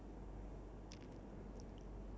no no as in the timer that's running